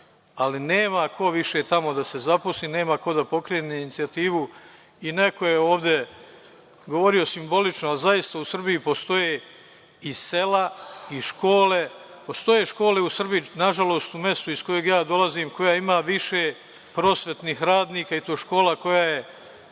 Ali nema ko više tamo da se zaposli, nema ko da pokrene inicijativu i neko je ovde govori simbolično, a zaista u Srbiji postoje i sela i škole, postoje škole. Nažalost u mestu iz kojeg ja dolazim koje ima više prosvetnih radnika ima škola koja je